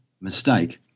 mistake